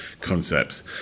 concepts